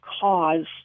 cause